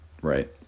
Right